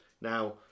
Now